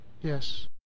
Yes